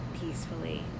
peacefully